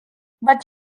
but